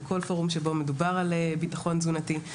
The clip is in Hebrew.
בכל פורום שבו מדובר על ביטחון תזונתי.